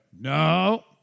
No